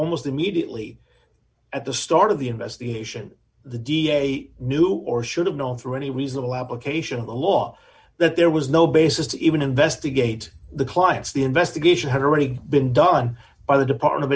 almost immediately at the start of the investigation the da knew or should have known through any reasonable application of the law that there was no basis to even investigate the clients the investigation had already been done by the department of